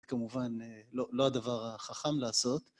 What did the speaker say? כמובן, לא הדבר החכם לעשות.